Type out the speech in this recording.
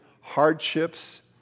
hardships